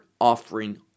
offering